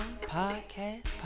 Podcast